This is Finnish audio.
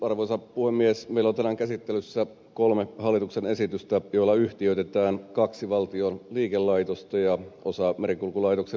meillä on tänään käsittelyssä kolme hallituksen esitystä joilla yhtiöitetään kaksi valtion liikelaitosta ja osa merenkulkulaitoksen virastomuotoisesta toiminnasta